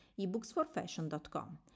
ebooksforfashion.com